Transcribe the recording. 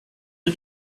you